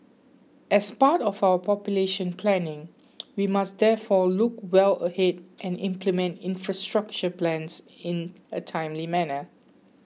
as part of our population planning we must therefore look well ahead and implement infrastructure plans in a timely manner